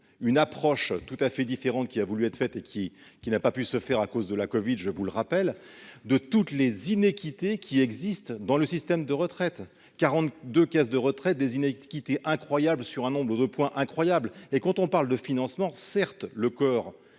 une approche tout à fait différente qui a voulu être fait et qui, qui n'a pas pu se faire à cause de la Covid, je vous le rappelle, de toutes les inéquités qui existe dans le système de retraite 40 de caisse de retraite des inédite qui était incroyable sur un nombre de points incroyable, et quand on parle de financement, certes, le coeur